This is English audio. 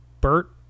Bert